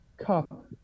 cup